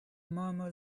murmur